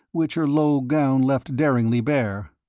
which her low gown left daringly bare,